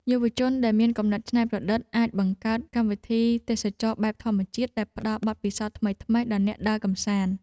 យុវជនដែលមានគំនិតច្នៃប្រឌិតអាចបង្កើតកម្មវិធីទេសចរណ៍បែបធម្មជាតិដែលផ្តល់បទពិសោធន៍ថ្មីៗដល់អ្នកដើរកម្សាន្ត។